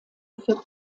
für